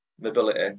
mobility